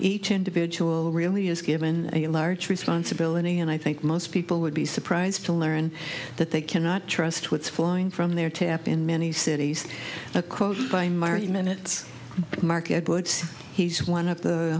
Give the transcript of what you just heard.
each individual really is given a large responsibility and i think most people would be surprised to learn that they cannot trust what's flowing from their tap in many cities a quote by marty minutes mark edwards he's one of the